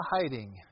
hiding